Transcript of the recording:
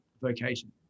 vocation